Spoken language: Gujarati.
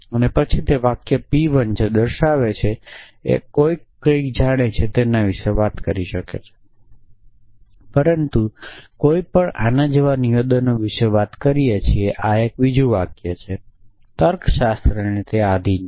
અને પછી તે વાક્ય p1 જે દર્શાવે છે કે કોઈક કંઇક જાણે છે તેના વિશે વાત કરી શકે છે પરંતુ કોઈ પણ આ જેવા નિવેદનો વિશે વાત કરી શકે છે કે આ આ એક બીજું વાક્ય છે તર્કશાસ્ત્રને આધીન છે